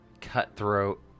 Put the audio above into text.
cutthroat